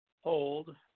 Hold